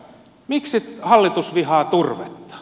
miksi hallitus vihaa turvetta